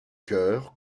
chœur